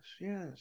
yes